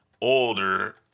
older